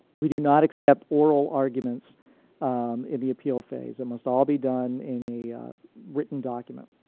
we do not accept oral arguments in the appeal phase. it must all be done in a written document.